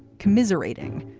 commiserating,